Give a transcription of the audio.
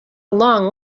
long